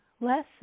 lesson